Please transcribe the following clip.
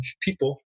people